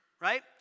Right